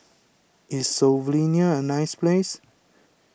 is Slovenia a nice place